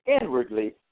inwardly